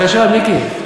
בבקשה, מיקי.